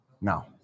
Now